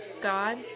God